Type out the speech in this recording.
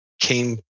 came